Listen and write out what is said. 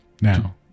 Now